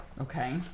okay